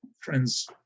Friends